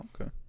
Okay